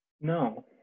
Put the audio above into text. No